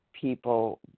people